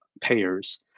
payers